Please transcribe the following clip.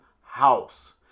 house